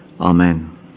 Amen